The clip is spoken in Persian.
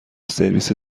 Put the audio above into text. سرویس